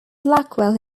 blackwell